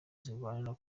zirwanira